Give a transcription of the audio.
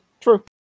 True